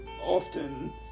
often